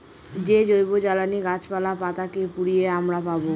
যে জৈবজ্বালানী গাছপালা, পাতা কে পুড়িয়ে আমরা পাবো